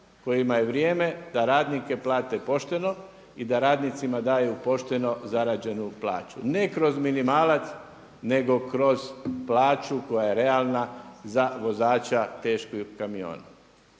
kojima je vrijeme da radnike plate pošteno i da radnicima daju pošteno zarađenu plaću. Ne kroz minimalac, nego kroz plaću koja je realna za vozača teških kamiona.